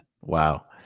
Wow